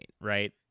right